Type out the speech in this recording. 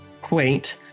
quaint